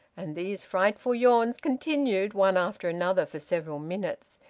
and these frightful yawns continued one after another for several minutes,